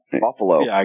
Buffalo